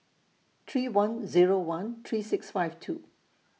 three one Zero one three six five two